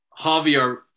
Javier